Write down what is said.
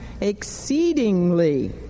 Exceedingly